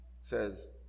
says